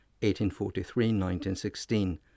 1843-1916